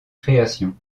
créations